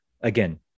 Again